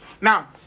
Now